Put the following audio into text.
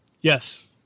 Yes